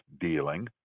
dealing